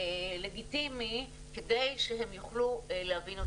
לגיטימי כדי שהם יוכלו להבין אותנו.